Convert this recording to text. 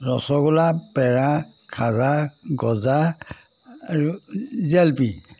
ৰসগোলা পেৰা খাজা গজা আৰু জেলেপি